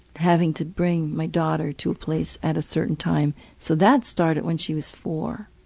having to bring my daughter to a place at a certain time. so that started when she was four.